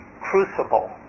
crucible